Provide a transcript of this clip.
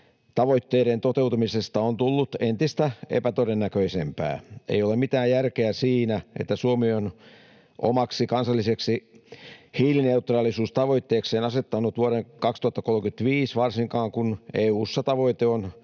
tavoitteiden toteutumisesta on tullut entistä epätodennäköisempää. Ei ole mitään järkeä siinä, että Suomi on asettanut omaksi kansalliseksi hiilineutraalisuustavoitteekseen vuoden 2035, varsinkaan kun EU:ssa tavoite on vuodessa